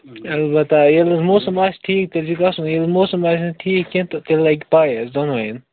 البتہٕ ییٛلہِ حظ موٗسم آسہِ ٹھیٖک تیٛلہِ چھُ گَژھنُے ییٛلہِ نہٕ موٗسم آسہِ ٹھیٖک کیٚنٛہہ تہِ تیٛلہِ لَگہِ پےَ اَسہِ دۅنوٕنۍ یَن